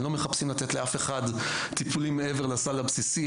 הם לא מחפשים לתת לאף אחד טיפולים מעבר לסל הבסיסי,